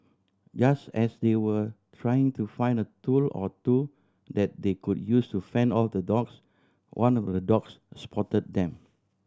just as they were trying to find a tool or two that they could use to fend off the dogs one of the dogs spot them